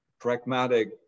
pragmatic